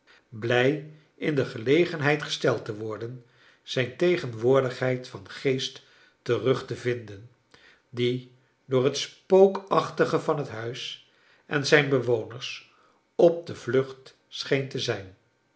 blij in de gelegenheid g est eld te worden zijn tegenwoordigheid van geest terug te vinden die door het spookachtige van het huis en zijn bewoners op de vlucht scheen te zijn